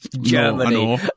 Germany